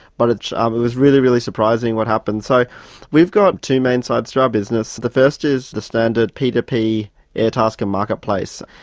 but um it was really, really surprising what happened. so we've got two main sides to our business. the first is the standard p to p airtasker marketplace,